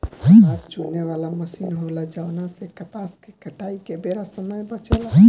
कपास चुने वाला मशीन होला जवना से कपास के कटाई के बेरा समय बचेला